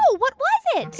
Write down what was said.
so what was it?